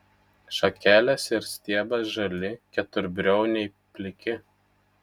šakelės ir stiebas žali keturbriauniai pliki